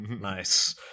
Nice